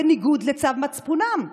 בניגוד לצו מצפונם.